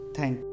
Thank